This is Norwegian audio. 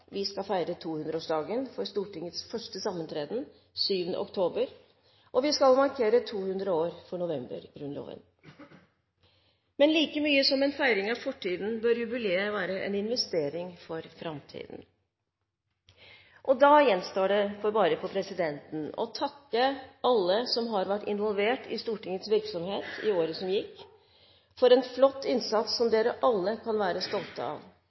Vi skal feire 200-årsdagen for Stortingets første sammentreden 7. oktober, og vi skal markere 200 år for novembergrunnloven. Men like mye som en feiring av fortiden, bør jubileet være en investering for framtiden. Da gjenstår det bare for presidenten å takke alle som har vært involvert i Stortingets virksomhet i året som gikk, for en flott innsats alle kan være stolte av.